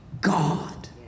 God